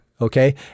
okay